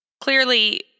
Clearly